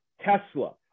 Tesla